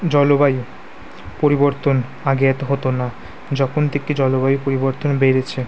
জলবায়ু পরিবর্তন আগে এত হতো না যখন থেকে জলবায়ু পরিবর্তন বেড়েছে